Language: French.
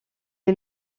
est